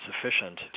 sufficient